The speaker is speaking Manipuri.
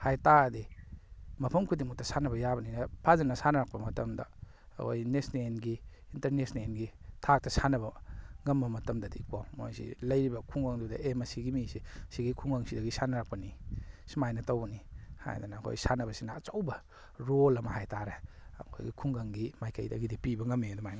ꯍꯥꯏꯕꯇꯥꯔꯗꯤ ꯃꯐꯝ ꯈꯨꯗꯤꯡꯃꯛꯇ ꯁꯥꯟꯅꯕ ꯌꯥꯕꯅꯤꯅ ꯐꯖꯅ ꯁꯥꯟꯅꯔꯛꯞ ꯃꯇꯝꯗ ꯑꯩꯈꯣꯏ ꯅꯦꯁꯅꯦꯜꯒꯤ ꯏꯟꯇꯔꯅꯦꯁꯅꯦꯜꯒꯤ ꯊꯥꯛꯇ ꯁꯥꯟꯅꯕ ꯉꯝꯕ ꯃꯇꯝꯗꯗꯤ ꯀꯣ ꯃꯣꯏꯁꯤ ꯂꯩꯔꯤꯕ ꯈꯨꯡꯒꯪꯗꯨꯗ ꯑꯦ ꯃꯁꯤꯒꯤ ꯃꯤꯁꯤ ꯁꯤꯒꯤ ꯈꯨꯡꯒꯪꯁꯤꯗꯒꯤ ꯁꯥꯟꯅꯔꯛꯄꯅꯤ ꯁꯨꯃꯥꯏꯅ ꯇꯧꯕꯅꯤ ꯍꯥꯏꯗꯅ ꯑꯩꯈꯣꯏ ꯁꯥꯟꯅꯕꯁꯤꯅ ꯑꯆꯧꯕ ꯔꯣꯜ ꯑꯃ ꯍꯥꯏꯇꯥꯔꯦ ꯑꯩꯈꯣꯏꯒꯤ ꯈꯨꯡꯒꯪꯒꯤ ꯃꯥꯏꯀꯩꯗꯒꯤꯗꯤ ꯄꯤꯕꯉꯝꯃꯤ ꯑꯗꯨꯃꯥꯏꯅ